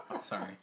Sorry